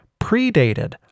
predated